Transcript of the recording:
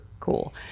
Cool